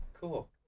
Cool